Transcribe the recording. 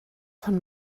von